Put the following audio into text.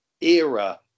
era